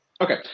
Okay